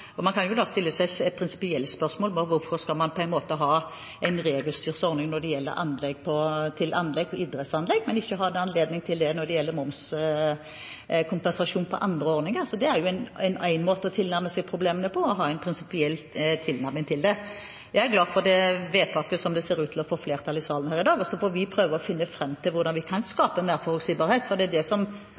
Men man kan da stille seg et prinsipielt spørsmål: Hvorfor skal man ha en regelstyrt ordning når det gjelder idrettsanlegg, men ikke ha anledning til det når det gjelder momskompensasjon på andre ordninger? Så det å ha en prinsipiell tilnærming til det er én måte å tilnærme seg problemene på. Jeg er glad for det vedtaket som ser ut til å få flertall i salen her i dag, og så får vi prøve å finne fram til hvordan vi kan skape mer forutsigbarhet, for disse tallene vitner om at det er stor aktivitet. Det er kjempepositivt. Det er mange idrettsanlegg som